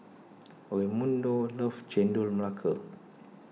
Raymundo loves Chendol Melaka